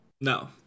No